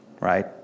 right